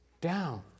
down